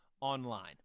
Online